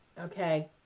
okay